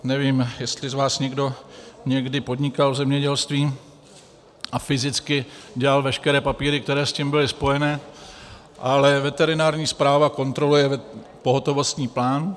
Nevím, jestli někdo z vás někdy podnikal v zemědělství a fyzicky dělal veškeré papíry, které s tím byly spojené, ale veterinární správa kontroluje pohotovostní plán.